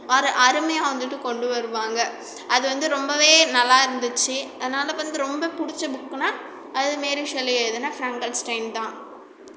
அரு அருமையாக வந்துவிட்டு கொண்டு வருவாங்க அது வந்து ரொம்பவே நல்லா இருந்துச்சு அதனால் வந்து ரொம்ப பிடிச்ச புக்குனா அது மாரி ஷெல்லி எழுதின ஃப்ராங்கென்ஸ்டைன் தான்